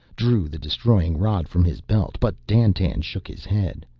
drew the destroying rod from his belt, but dandtan shook his head.